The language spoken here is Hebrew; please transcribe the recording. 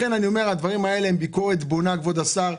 לכן אני אומר שהדברים האלה הם ביקורת בונה כבוד השר,